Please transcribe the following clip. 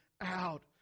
out